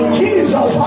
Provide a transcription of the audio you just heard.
jesus